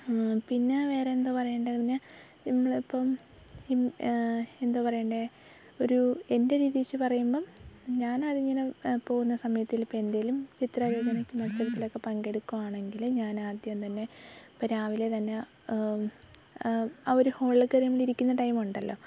പിന്നെ വേറെ എന്താ പറയേണ്ടത് പിന്നെ ഇമ്മളിപ്പം എന്താ പറയെണ്ടേ ഒരു എൻ്റെ രീതി വെച്ച് പറയുമ്പം ഞാൻ അതിങ്ങനെ പോകുന്ന സമയത്തിൽ ഇപ്പം എന്തേലും ചിത്ര രചനയ്ക്ക് മൽസരത്തിലൊക്കെ പങ്കെടുക്കുവാണെങ്കിൽ ഞാനാദ്യം തന്നെ ഇപ്പം രാവിലെ തന്നെ ആ ഒരു ഹോളിൽ കയറി നമ്മളിരിക്കുന്ന ടൈമുണ്ടല്ലോ